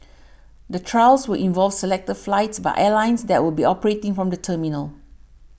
the trials will involve selected flights by airlines that will be operating from the terminal